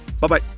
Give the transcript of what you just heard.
Bye-bye